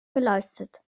geleistet